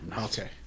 Okay